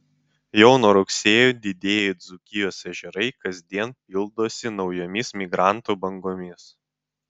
jau nuo rugsėjo didieji dzūkijos ežerai kasdien pildosi naujomis migrantų bangomis